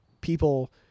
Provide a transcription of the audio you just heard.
people